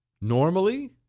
Normally